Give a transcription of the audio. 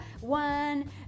one